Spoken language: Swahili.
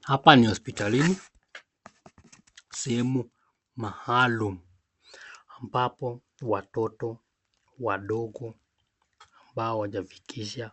Hapa ni hospitalini sehemu maalum ambapo watoto wadogo ambao wajafika